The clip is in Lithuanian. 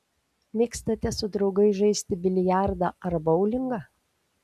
mėgstate su draugais žaisti biliardą ar boulingą